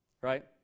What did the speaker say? right